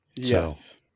Yes